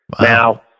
Now